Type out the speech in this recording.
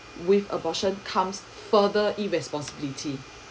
with abortion comes further irresponsibility